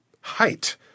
height